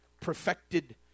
perfected